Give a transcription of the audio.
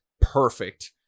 perfect